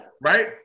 Right